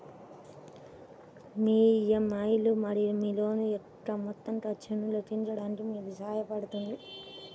మీ EMI లు మరియు మీ లోన్ యొక్క మొత్తం ఖర్చును లెక్కించడానికి మీకు సహాయపడుతుంది